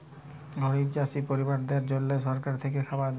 গরিব চাষী পরিবারদ্যাদের জল্যে সরকার থেক্যে খাবার দ্যায়